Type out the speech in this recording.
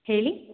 ಹೇಳಿ